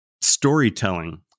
storytelling